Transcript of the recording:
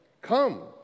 Come